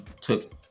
took